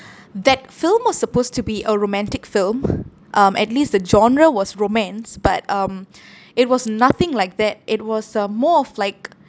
that film was supposed to be a romantic film um at least the genre was romance but um it was nothing like that it was uh more of like